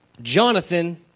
Jonathan